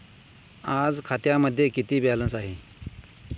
आज खात्यामध्ये किती बॅलन्स आहे?